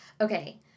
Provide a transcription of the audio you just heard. Okay